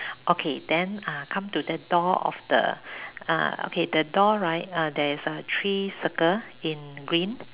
okay then uh come to that door of the uh okay the door right uh there is a three circle in green